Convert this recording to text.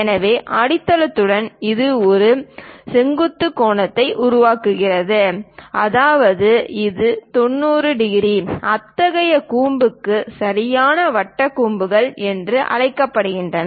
எனவே அடித்தளத்துடன் இது ஒரு செங்குத்து கோணத்தை உருவாக்குகிறது அதாவது இது 90 டிகிரி அத்தகைய கூம்புகள் சரியான வட்ட கூம்புகள் என்று அழைக்கப்படுகின்றன